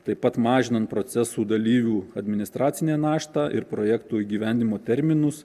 taip pat mažinant procesų dalyvių administracinę naštą ir projektų įgyvendinimo terminus